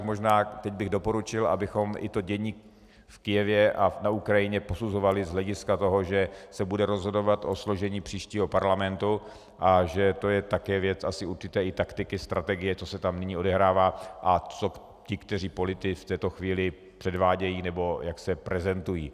Možná bych teď doporučil, abychom i dění v Kyjevě a na Ukrajině posuzovali z hlediska toho, že se bude rozhodovat o složení příštího parlamentu a že to je také věc asi určité taktiky strategie, co se tam nyní odehrává a co ti kteří politici v této chvíli předvádějí, nebo jak se prezentují.